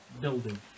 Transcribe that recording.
building